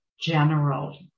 general